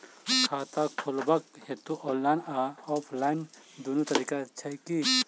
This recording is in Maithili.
खाता खोलेबाक हेतु ऑनलाइन आ ऑफलाइन दुनू तरीका छै की?